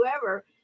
whoever